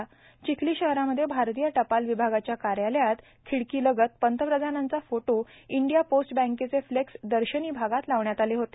र्चिखलां शहरांमध्ये भारतीय टपाल र्विभागाच्या कायालयात र्खिडकांलगत पंतप्रधानांचा फोटो ईांडया पोस्ट बँकेचे फ्लेक्स दशनी भागात लावण्यात आले होते